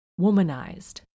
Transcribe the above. womanized